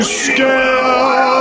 scale